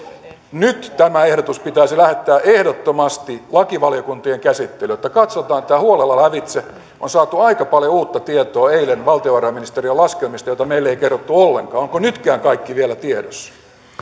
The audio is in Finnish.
nyt tämä ehdotus pitäisi lähettää ehdottomasti lakivaliokuntien käsittelyyn että katsotaan tämä huolella lävitse on saatu aika paljon uutta tietoa eilen valtiovarainministeriön laskelmista joita meille ei kerrottu ollenkaan onko nytkään kaikki vielä tiedossa